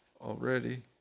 already